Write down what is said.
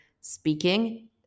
speaking